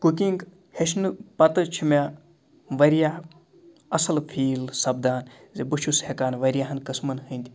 cooking ہیٚچھنہٕ پَتہٕ چھِ مےٚ واریاہ اصٕل فیٖل سپدان زِ بہٕ چھُس ہیٚکان واریاہَن قٕسمَن ہنٛدۍ